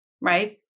Right